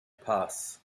pass